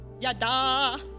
Yada